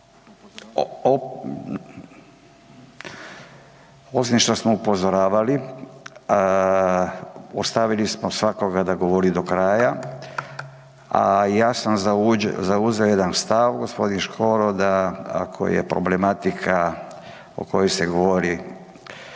osim što smo upozoravali ostavili smo svakoga da govori do kraja, a ja sam zauzeo jedan stav gospodin Škoro da ako je problematika o kojoj se govori